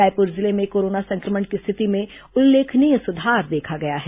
रायपुर जिले में कोरोना संक्रमण की स्थिति में उल्लेखनीय सुधार देखा गया है